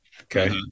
Okay